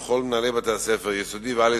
רובם צמודים לכ-30 בתי-ספר יסודיים,